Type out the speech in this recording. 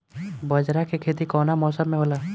बाजरा के खेती कवना मौसम मे होला?